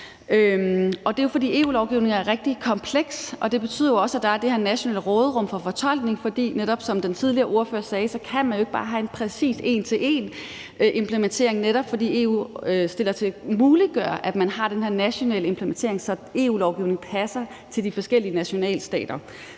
det er jo, fordi EU-lovgivningen er rigtig kompleks, og det betyder også, at der er det her nationale råderum for fortolkning, og at man, som den tidligere ordfører også sagde, ikke bare kan have en præcis en til en-implementering, altså netop fordi EU muliggør, at man har den her nationale implementering, så EU-lovgivningen passer til de forskellige nationalstater.